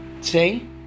See